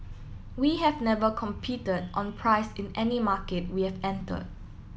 we have never competed on price in any market we have entered